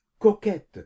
coquette